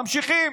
ממשיכים.